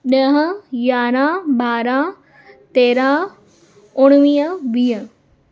ॾह यारहं ॿारहं तेरहं उणिवीह वीह